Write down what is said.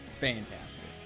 Fantastic